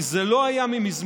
כי זה לא היה מזמן,